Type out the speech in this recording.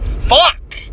fuck